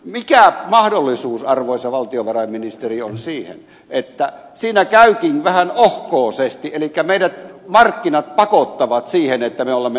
mikä mahdollisuus arvoisa valtiovarainministeri on siihen että siinä käykin vähän ohkoosesti elikkä markkinat pakottavat meidät siihen että me olemme eurobondeissa mukana